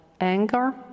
anger